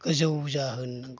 गोजौ जाहो नांगौ